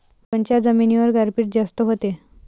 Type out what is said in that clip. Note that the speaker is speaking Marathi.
कोनच्या जमिनीवर गारपीट जास्त व्हते?